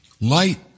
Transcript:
light